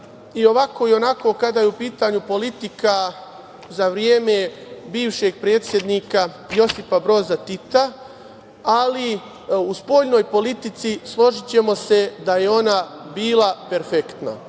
i ovako i onako kada je u pitanju politika za vreme bivšeg predsednika Josipa Broza Tita, ali u spoljnoj politici, složićemo se, da je ona bila perfektna